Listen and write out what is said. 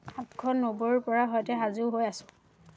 আঠশ নব্বৈৰ পৰা সৈতে সাজু হৈ আছোঁ